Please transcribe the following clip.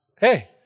Hey